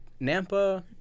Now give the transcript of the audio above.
Nampa